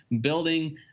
building